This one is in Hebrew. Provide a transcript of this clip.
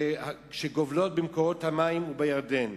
שגובלות במקורות המים ובירדן.